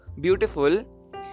beautiful